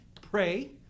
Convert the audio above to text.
pray